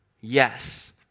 Yes